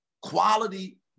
quality